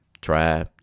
try